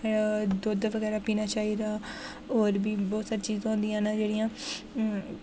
दुद्ध बगैरा पीना चाहि्दा होर बी बहोत सारी चीज़ां होंदियां न जेह्ड़ियां अ